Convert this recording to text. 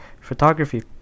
photography